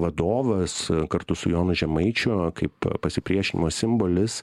vadovas kartu su jonu žemaičiu kaip pasipriešinimo simbolis